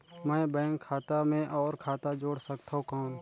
मैं बैंक खाता मे और खाता जोड़ सकथव कौन?